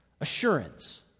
assurance